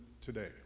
today